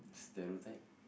stereotype